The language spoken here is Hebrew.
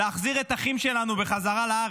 להחזיר את האחים שלנו בחזרה לארץ?